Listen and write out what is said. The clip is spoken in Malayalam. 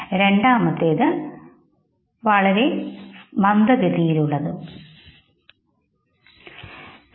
അറിയാവുന്നത് ഇവിടെ ചുവപ്പ് നിറത്തിലാണ് നൽകിയിരിക്കുന്നത്